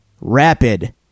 rapid